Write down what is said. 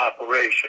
operation